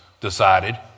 decided